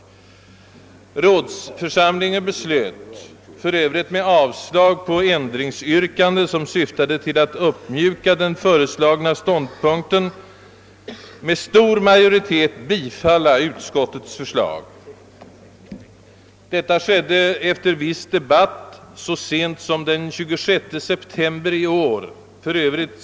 Rådsförsamlingen beslöt — för övrigt med avslag på ändringsyrkanden, som syftade till att mjuka upp den av utskottet intagna ståndpunkten — med stor majoritet att bifalla utskottets förslag. Detta skedde efter viss debatt så sent som den 26 september i år, f.ö.